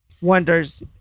wonders